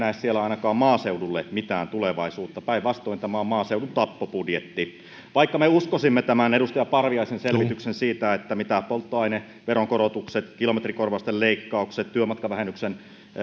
kyllä näe siellä ainakaan maaseudulle mitään tulevaisuutta päinvastoin tämä on maaseudun tappobudjetti vaikka me uskoisimme tämän edustaja parviaisen selvityksen siitä mitä polttoaineveron korotukset kilometrikorvausten leikkaukset työmatkavähennyksen